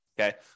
okay